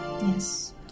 Yes